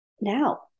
now